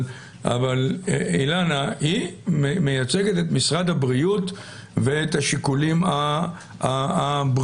אבל אילנה מייצגת את משרד הבריאות ואת השיקולים הבריאותיים,